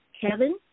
Kevin